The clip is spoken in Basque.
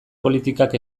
politikak